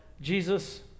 Jesus